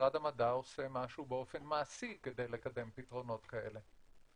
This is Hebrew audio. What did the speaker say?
משרד המדע עושה משהו באופן מעשי כדי לקדם פתרונות כאלה?